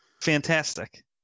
Fantastic